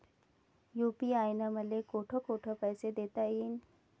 UPI न मले कोठ कोठ पैसे देता येईन?